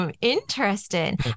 Interesting